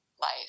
life